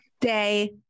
day